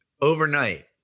overnight